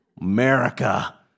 America